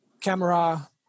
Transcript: camera